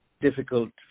difficult